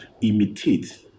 imitate